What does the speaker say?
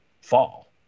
fall